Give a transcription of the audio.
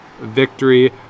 victory